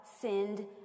sinned